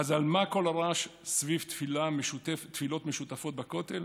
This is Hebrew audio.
אז על מה כל הרעש סביב תפילות משותפות בכותל,